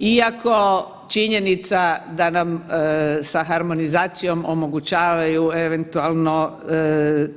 Iako činjenica da nam sa harmonizacijom omogućavaju eventualno